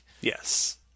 Yes